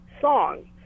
songs